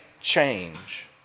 change